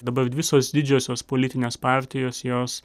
dabar visos didžiosios politinės partijos jos